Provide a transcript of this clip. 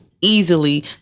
easily